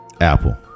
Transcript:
Apple